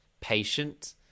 patient